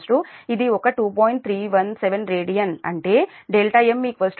317 radian అంటే δm δmax 2